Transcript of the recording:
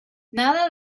nada